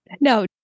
No